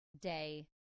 day